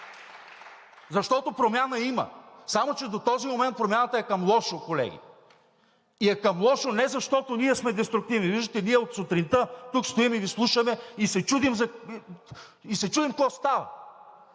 Защото промяна има, само че до този момент промяната е към лошо, колеги, и е към лошо не защото ние сме деструктивни, виждате Вие – от сутринта тук стоим и Ви слушаме, и се чудим какво става.